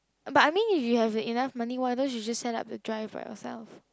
but I mean if you have enough money why don't you just set up the drive by yourself